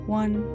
one